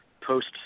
Post